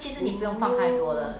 oh